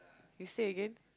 you say again